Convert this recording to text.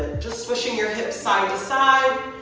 just swishing your hips side to side.